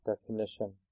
definition